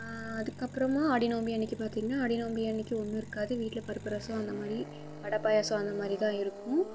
அதுக்கப்புறமா ஆடி நோம்பு அன்னிக்கு பார்த்திங்னா ஆடி நோம்பு அன்னிக்கு ஒன்றும் இருக்காது வீட்டில் பருப்பு ரசம் அந்த மாதிரி வடை பாயாசம் அந்த மாதிரிதான் இருக்கும்